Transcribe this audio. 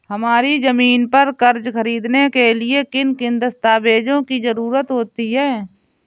हमारी ज़मीन पर कर्ज ख़रीदने के लिए किन किन दस्तावेजों की जरूरत होती है?